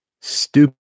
stupid